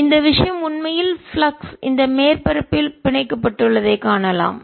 இப்போது இந்த விஷயம் உண்மையில் பிளக்ஸ் இந்த மேற்பரப்பால் பிணைக்கப்பட்டுள்ளதைக் காணலாம்